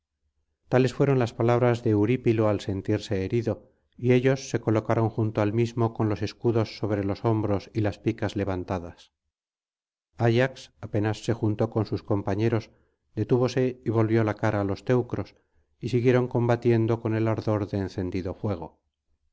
tales fueron las palabras de eurípilo al sentirse herido y ellos se colocaron junto al mismo con los escudos sobre los hombros y las picas levantadas ayax apenas se juntó con sus compañeros detúvose y volvió la cara á los teucros y siguieron combatiendo con el ardor de encendido fuego